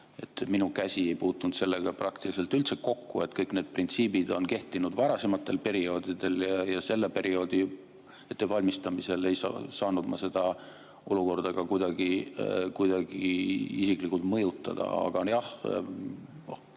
Minu käsi ei puutunud sellega praktiliselt üldse kokku. Kõik need printsiibid on kehtinud varasematel perioodidel ja selle perioodi ettevalmistamisel ei saanud ma seda olukorda ka kuidagi isiklikult mõjutada. Aga jah, asi